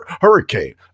hurricane